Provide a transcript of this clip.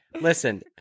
listen